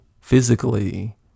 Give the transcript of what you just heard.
physically